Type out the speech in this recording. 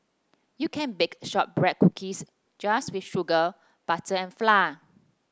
you can bake shortbread cookies just with sugar butter and flour